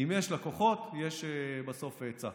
שאם יש לקוחות אז יש בסוף היצע.